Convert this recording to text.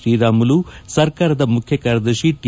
ಶ್ರೀರಾಮುಲು ಸರ್ಕಾರದ ಮುಖ್ಯ ಕಾರ್ಯದರ್ಶಿ ಟಿ